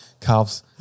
calves